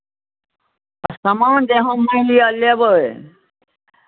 सामान जे हम मानि लिअ लेबै